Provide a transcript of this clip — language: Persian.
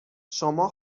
شما